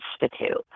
Institute